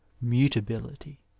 mutability